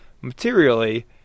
materially